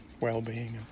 well-being